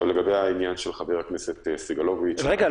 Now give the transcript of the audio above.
לגבי העניין של חבר הכנסת סגלוביץ' --- רגע,